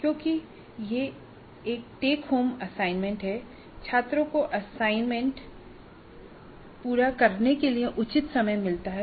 क्योंकि यह एक टेक होम असाइनमेंट है छात्रों को असाइनमेंट पूरा करने के लिए उचित समय मिलता है